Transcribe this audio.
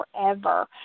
forever